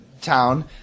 town